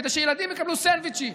כדי שילדים יקבלו סנדוויצ'ים,